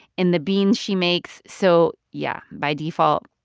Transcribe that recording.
in the beans she makes. so, yeah, by default,